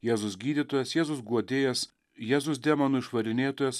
jėzus gydytojas jėzus guodėjas jėzus demonų išvarinėtojas